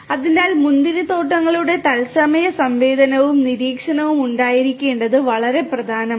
അതിനാൽ മുന്തിരിത്തോട്ടങ്ങളുടെ തത്സമയ സംവേദനവും നിരീക്ഷണവും ഉണ്ടായിരിക്കേണ്ടത് വളരെ പ്രധാനമാണ്